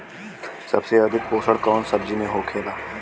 सबसे अधिक पोषण कवन सब्जी में होखेला?